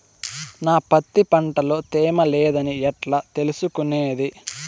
నా పత్తి పంట లో తేమ లేదని ఎట్లా తెలుసుకునేది?